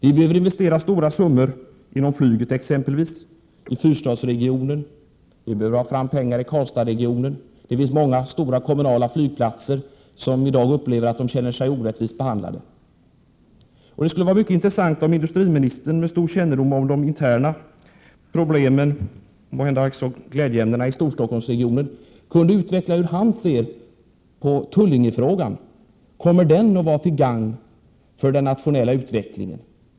Vi behöver investera stora summor inom exempelvis flyget och i fyrstadsregionen. Vi behöver pengar till Karlstadsregionen. Många stora kommunala flygplatser känner sig orättvist behandlade. Det skulle vara mycket intressant om industriministern med sin stora kännedom om de interna problemen — måhända också glädjeämnena — i Storstockholmsregionen kunde utveckla sin syn på frågan om Tullinge flygplats. Kommer den att vara till gagn för den nationella utvecklingen?